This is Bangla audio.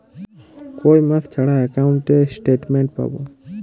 কয় মাস ছাড়া একাউন্টে স্টেটমেন্ট পাব?